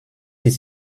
ist